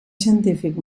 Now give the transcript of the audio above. científic